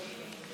השאיר את